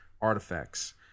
artifacts